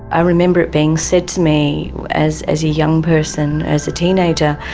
i remember it being said to me as as a young person, as a teenager,